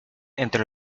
entre